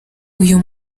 uyu